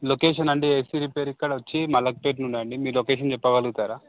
location అంటే AC repair ఇక్కడ వచ్చీ మలక్పేట్ నుండి అండీ మీ లొకేషన్ చెప్పగలుగుతారా